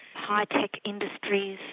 high tech industries,